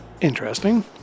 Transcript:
interesting